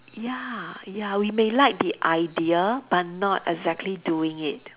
ya ya we may like the idea but not exactly doing it